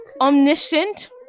omniscient